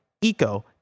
Eco